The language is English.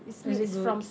is it good